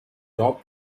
top